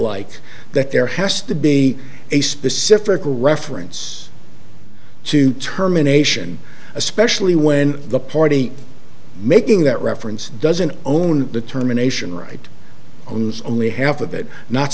like that there has to be a specific reference to terminations especially when the party making that reference doesn't own determination right owns only half of it not